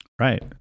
Right